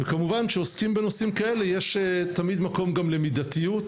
כמובן כשעוסקים בנושאים כאלה יש תמיד מקום גם למידתיות